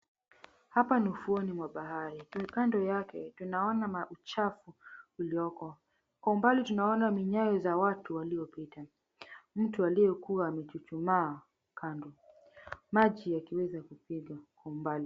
Hapa ni ufuoni mwa bahari kando yake tunaona mauchafu ulioko kwa mbali tunaona minyayo ya watu waliopita, mtu aliyekuwa amechuchuma kando, maji yakiweza kupiga kwa umbali.